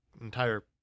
entire